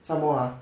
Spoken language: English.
some more ah